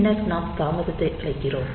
பின்னர் நாம் தாமதத்தை அழைக்கிறோம்